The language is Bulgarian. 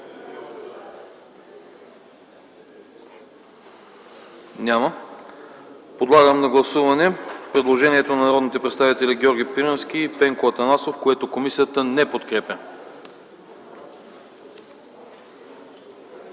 Няма. Подлагам на гласуване предложението на народните представители Георги Пирински и Пенко Атанасов, което комисията не подкрепя.